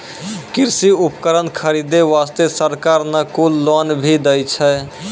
कृषि उपकरण खरीदै वास्तॅ सरकार न कुल लोन भी दै छै